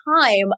time